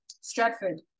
Stratford